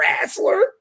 wrestler